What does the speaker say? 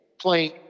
playing